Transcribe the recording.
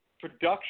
production